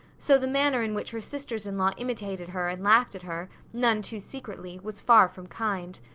so the manner in which her sisters-in-law imitated her and laughed at her, none too secretly, was far from kind.